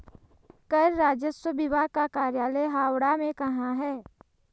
कर राजस्व विभाग का कार्यालय हावड़ा में कहाँ है?